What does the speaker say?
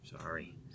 sorry